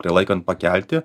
prilaikant pakelti